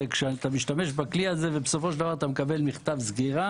וכשאתה משתמש בו ובסופו של דבר מקבל מכתב סגירה